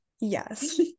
yes